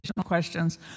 questions